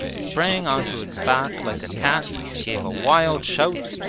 sprang onto its back like a cat, gave a wild shout,